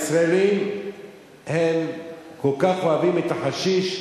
הישראלים כל כך אוהבים את החשיש,